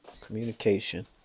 communication